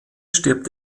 stirbt